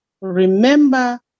remember